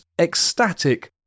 ecstatic